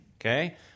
Okay